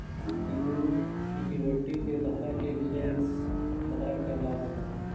equity के धारक एक शेयर धारक कहलावऽ हइ